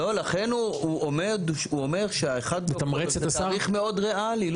לכן הוא אומר שה-1 באוקטובר זה תאריך מאוד ריאלי.